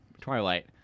Twilight